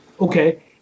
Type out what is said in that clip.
Okay